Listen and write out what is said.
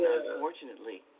unfortunately